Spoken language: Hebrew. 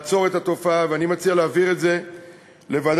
2014 בפנקס החברות כחברה לתועלת הציבור.